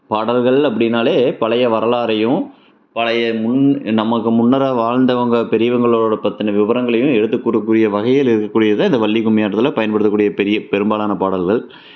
பாடல்கள் அப்படின்னாலே பழைய வரலாற்றையும் பழைய நமக்கு முன்னராக வாழ்ந்தவங்க பெரியவங்களோட பற்றின விவரங்களையும் எடுத்து கூறக்கூடிய வகையில் இருக்கக்கூடியது இந்த வள்ளிக்கும்மி ஆட்டத்தில் பயன்படுத்தக்கூடிய பெரிய பெரும்பாலான பாடல்கள்